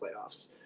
playoffs